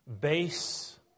base